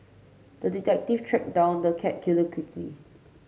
the detective tracked down the cat killer quickly